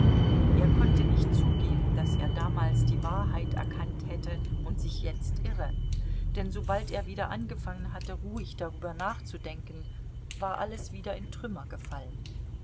er konnte nicht zugeben daß er damals die wahrheit erkannt hätte und sich jetzt irre denn sobald er wieder angefangen hatte ruhig darüber nachzudenken war alles wieder in trümmer gefallen